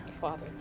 Father